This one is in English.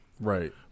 Right